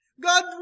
God